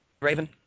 Raven